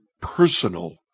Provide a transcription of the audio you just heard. personal